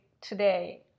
today